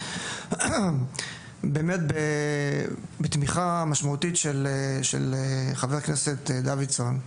באמת בתמיכה משמעותית של חבר הכנסת דוידסון,